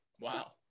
Wow